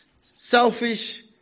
selfish